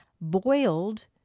boiled